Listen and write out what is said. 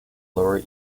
lower